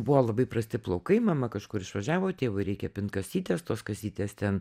buvo labai prasti plaukai mama kažkur išvažiavo tėvui reikia pint kasytes tos kasytės ten